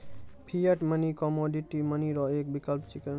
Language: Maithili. फिएट मनी कमोडिटी मनी रो एक विकल्प छिकै